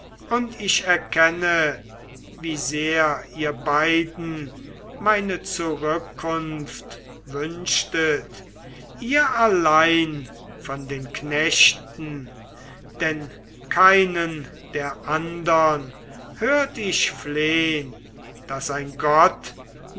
und ich erkenne wie sehr ihr beiden meine zurückkunft wünschtet ihr allein von den knechten denn keinen der andern hört ich flehn daß ein gott